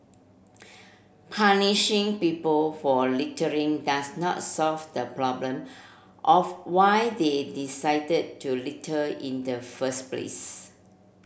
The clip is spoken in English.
punishing people for littering does not solve the problem of why they decided to litter in the first place